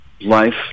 life